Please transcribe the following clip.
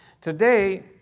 Today